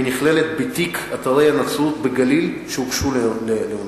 והיא נכללת בתיק אתרי התיירות בגליל שהוגשו לאונסק"ו.